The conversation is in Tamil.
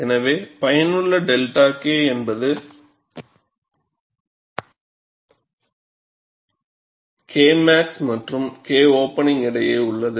எனவே பயனுள்ள 𝜹k என்பது Kmax மற்றும் Kop இடையே உள்ளது